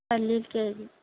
పల్లీలు కేజీ